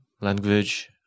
language